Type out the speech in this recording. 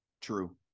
True